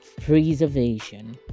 preservation